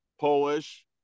Polish